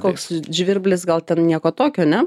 koks žvirblis gal ten nieko tokio ne